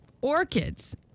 orchids